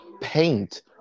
paint